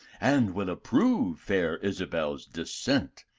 and will approve fair isabel's descent,